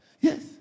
Yes